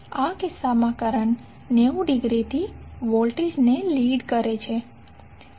આ કિસ્સામાં કરંટ 90 ડિગ્રીથી વોલ્ટેજને લીડ કરે છે